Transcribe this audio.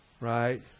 Right